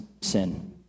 sin